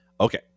okay